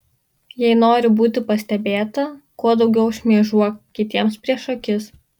jei nori būti pastebėta kuo daugiau šmėžuok kitiems prieš akis